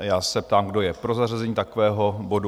Já se ptám, kdo je pro zařazení takového bodu?